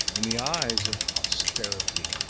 in the eyes of posterity,